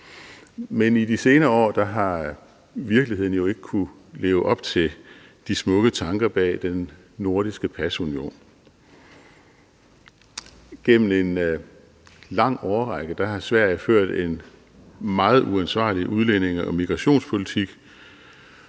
Men i de senere år har virkeligheden jo ikke kunnet leve op til de smukke tanker bag den nordiske pasunion. Gennem en lang årrække har Sverige ført en meget uansvarlig udlændinge- og migrationspolitik,